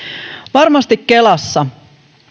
varmasti kelassa